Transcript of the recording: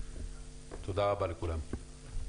תודה רבה לכולם.